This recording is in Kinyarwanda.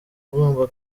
ugomba